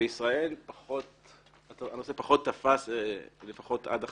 בישראל הנושא פחות תפס, לפחות עד עכשיו.